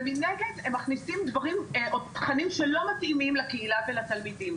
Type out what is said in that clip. ומנגד הם מכניסים תכנים שלא מתאימים לקהילה ולתלמידים.